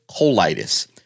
colitis